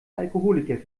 alkoholiker